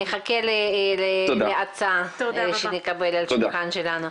נחכה להצעה שנקבל על השולחן שלנו.